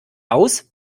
aus